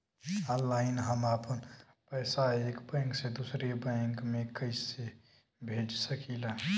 Online हम आपन पैसा एक बैंक से दूसरे बैंक में कईसे भेज सकीला?